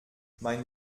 mein